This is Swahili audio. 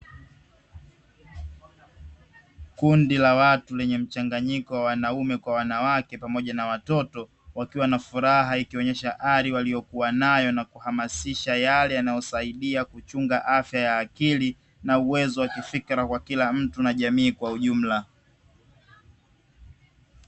Kundi la watu lenye mchanganyiko wa wanaume kwa wanawake pamoja na watoto, wakiwa na fuhara, ikionyesha hali waliyokuwa nayo na kuhamasisha yale yanayosaidia kuchunga afya ya akili na uwezo wa kifikra kwa kila mtu na uwezo kiujumla.